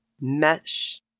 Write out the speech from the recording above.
mesh